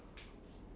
Panadol